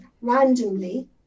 randomly